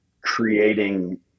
creating